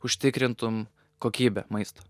užtikrintum kokybę maisto